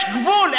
יש גבול.